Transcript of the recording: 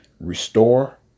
restore